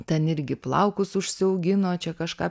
ten irgi plaukus užsiaugino čia kažką